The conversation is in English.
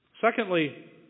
Secondly